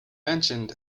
mentioned